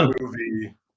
movie